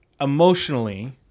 Emotionally